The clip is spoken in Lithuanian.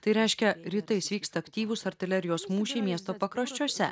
tai reiškia rytais vyksta aktyvūs artilerijos mūšiai miesto pakraščiuose